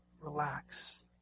relax